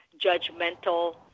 judgmental